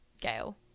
gail